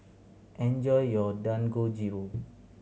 enjoy your Dangojiru